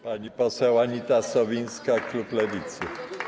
Pani poseł Anita Sowińska, klub Lewicy.